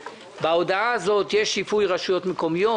בהודעה הזאת יש שיפוי לרשויות מקומיות,